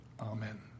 Amen